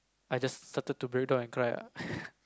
I just started to breakdown and cry lah